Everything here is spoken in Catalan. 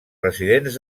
residents